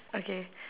okay